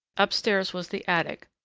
upstairs was the attic,